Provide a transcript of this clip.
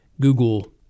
Google